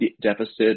deficit